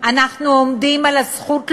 אנחנו עומדים על הזכות להורות,